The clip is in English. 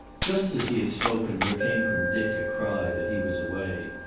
just as he had spoken there came from dick a cry that he was away.